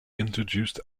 introduced